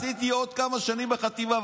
עשיתי עוד כמה שנים בחטיבה,